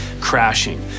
crashing